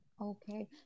Okay